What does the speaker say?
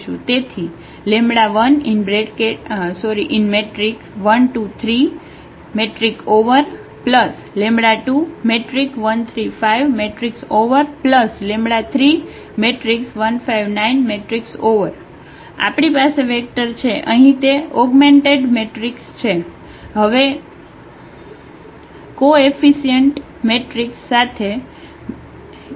તેથી 11 2 3 21 3 5 31 5 9 આપણી પાસે વેક્ટર છે અહીં તે ઓગમેન્ટેડ મેટ્રીક્સ છે હવે કોએફિશિયન્ટ મેટ્રીક્સ સાથે